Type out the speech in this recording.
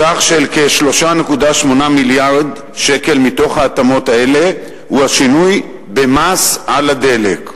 סכום של כ-3.8 מיליארד שקל מתוך ההתאמות האלה הוא השינוי במס על הדלק.